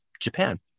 Japan